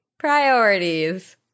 Priorities